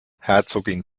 herzogin